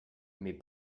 mais